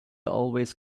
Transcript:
always